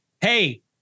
hey